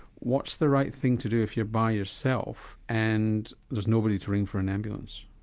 what's the right thing to do if you're by yourself and there's nobody to ring for an ambulance.